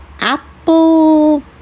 Apple